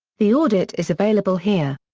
the audit is available here.